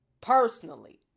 personally